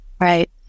right